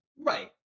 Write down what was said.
Right